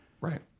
Right